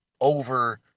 over